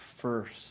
first